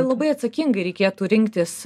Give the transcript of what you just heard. labai atsakingai reikėtų rinktis